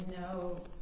no